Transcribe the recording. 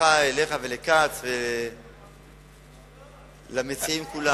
ואל כץ, ולמציעים כולם.